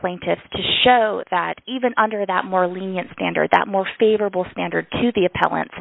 plaintiffs to show that even under that more lenient standard that most favorable standard to the appellants